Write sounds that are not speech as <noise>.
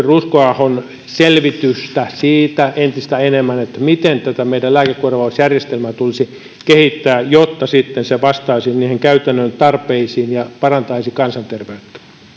<unintelligible> ruskoahon selvitystä siitä miten tätä meidän lääkekorvausjärjestelmää tulisi kehittää jotta sitten se vastaisi niihin käytännön tarpeisiin ja parantaisi kansanterveyttä